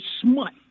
smut